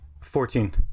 Fourteen